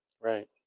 Right